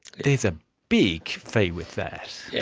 there's a big fee with that. yes,